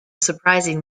surprising